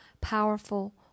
powerful